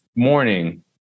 morning